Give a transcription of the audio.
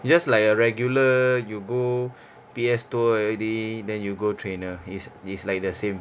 it's just like a regular you go P_S tour already then you go trainer it's it's like the same